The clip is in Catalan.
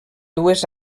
dues